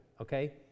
Okay